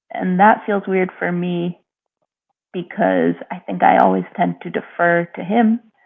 and that feels weird for me because i think i always tend to defer to him.